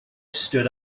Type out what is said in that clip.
stood